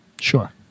Sure